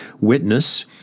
Witness